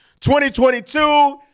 2022